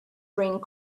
bring